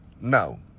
No